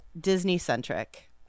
Disney-centric